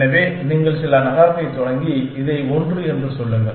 எனவே நீங்கள் சில நகரத்தைத் தொடங்கி இதை 1 என்று சொல்லுங்கள்